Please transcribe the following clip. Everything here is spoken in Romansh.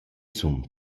sun